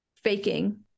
faking